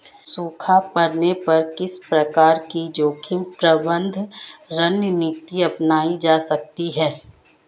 सूखा पड़ने पर किस प्रकार की जोखिम प्रबंधन रणनीति अपनाई जा सकती है?